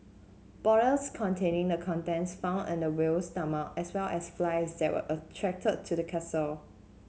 bottles containing the contents found in the whale's stomach as well as flies that were attracted to the carcass